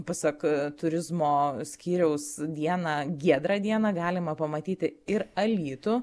pasak turizmo skyriaus dieną giedrą dieną galima pamatyti ir alytų